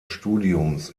studiums